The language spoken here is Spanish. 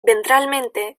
ventralmente